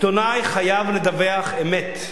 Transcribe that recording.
עיתונאי חייב לדווח אמת,